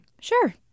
Sure